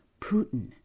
Putin